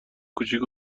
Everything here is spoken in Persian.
کوچیک